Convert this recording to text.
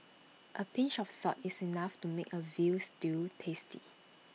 A pinch of salt is enough to make A Veal Stew tasty